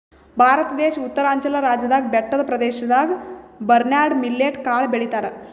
ಭಾರತ ದೇಶ್ ಉತ್ತರಾಂಚಲ್ ರಾಜ್ಯದಾಗ್ ಬೆಟ್ಟದ್ ಪ್ರದೇಶದಾಗ್ ಬರ್ನ್ಯಾರ್ಡ್ ಮಿಲ್ಲೆಟ್ ಕಾಳ್ ಬೆಳಿತಾರ್